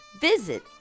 Visit